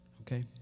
Okay